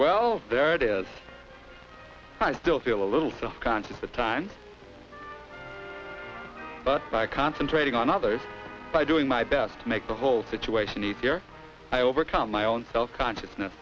well there it is i still feel a little self conscious a time but by concentrating on others by doing my best to make the whole situation easier i overcome my own self consciousness